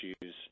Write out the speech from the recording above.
issues